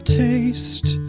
taste